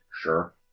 Sure